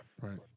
right